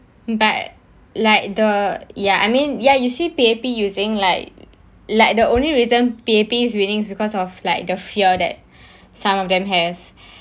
but like the ya I mean ya you see P_A_P using like like the only reason P_A_P is winning is because of like the fear that some of them have